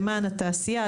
למען התעשייה,